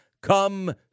come